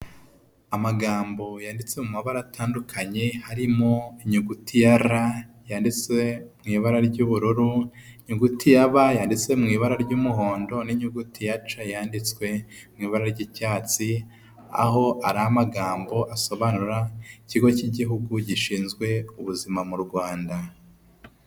Amagambo yanditse mu mabara atandukanye, harimo inyuguti ya ra, yanditse mu ibara ry'ubururu, inyuguti ba, yanditse mu ibara ry'umuhondo, n'inyuguti ya ca, yanditswe mu ibara ry'icyatsi, aho ari amagambo asobanura ikigo cy'igihugu gishinzwe ubuzima mu Rwanda.